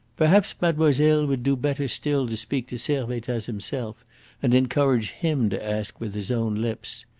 perhaps mademoiselle would do better still to speak to servattaz himself and encourage him to ask with his own lips.